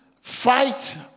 fight